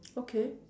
okay